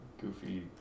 goofy